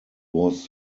was